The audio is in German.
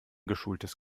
geschultes